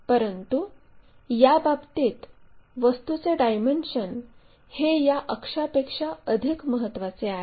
परंतू याबाबतीत वस्तूचे डायमेन्शन हे या अक्षापेक्षा अधिक महत्वाचे आहे